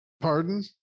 Pardon